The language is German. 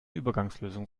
übergangslösung